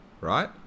right